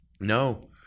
No